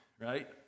right